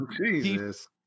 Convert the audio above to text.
Jesus